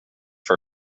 for